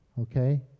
Okay